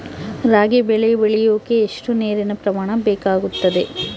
ರಾಗಿ ಬೆಳೆ ಬೆಳೆಯೋಕೆ ಎಷ್ಟು ನೇರಿನ ಪ್ರಮಾಣ ಬೇಕಾಗುತ್ತದೆ?